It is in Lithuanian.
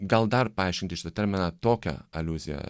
gal dar paaiškinti šitą terminą tokia aliuzija